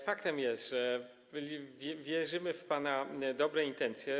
Faktem jest, że wierzymy w pana dobre intencje.